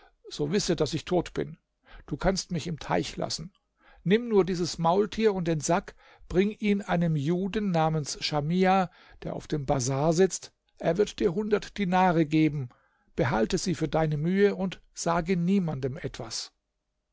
so wisse daß ich tot bin du kannst mich im teich lassen nimm nur dieses maultier und den sack bring ihn einem juden namens schamia der auf dem bazar sitzt er wird dir hundert dinare geben behalte sie für deine mühe und sage niemanden etwas